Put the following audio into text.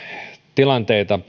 tilanteita